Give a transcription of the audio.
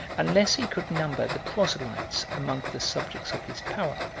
unless he could number the proselytes among the subjects of his power.